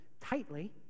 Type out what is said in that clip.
tightly